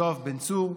יואב בן צור,